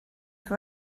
for